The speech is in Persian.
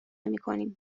میکنیم